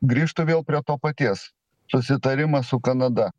grįžtu vėl prie to paties susitarimas su kanada